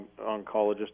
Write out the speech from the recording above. oncologist